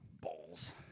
Balls